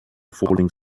falling